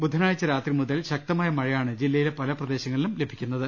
ബുധനാഴ്ച രാത്രി മുതൽ ശക്തമായ മഴയാണ് ജില്ലയിലെ പല പ്രദേശങ്ങളിലും ലഭിച്ചികൊണ്ടിരിക്കുന്നത്